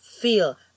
feel